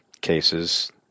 cases